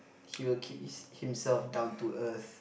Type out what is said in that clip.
he will keep his himself down to earth